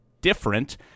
different